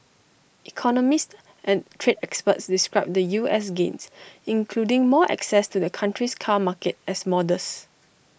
economists and trade experts described the US's gains including more access to the country's car market as modest